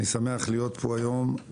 אני שמח להיות פה היום.